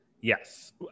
Yes